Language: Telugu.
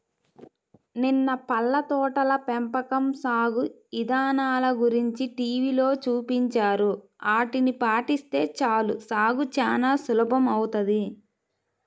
నిన్న పళ్ళ తోటల పెంపకం సాగు ఇదానల గురించి టీవీలో చూపించారు, ఆటిని పాటిస్తే చాలు సాగు చానా సులభమౌతది